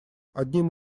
одним